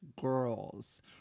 Girls